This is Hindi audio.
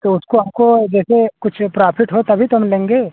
तो उसको हमको जैसे कुछ प्राफिट हो तभी तो हम लेंगे